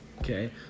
Okay